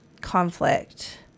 conflict